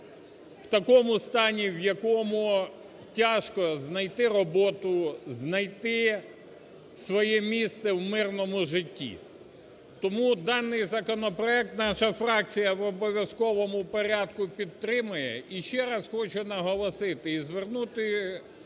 в такому стані, в якому тяжко знайти роботу, знайти своє місце в мирному житті. Тому даний законопроект наша фракція в обов'язковому порядку підтримує. І ще раз хочу наголосити і звернутись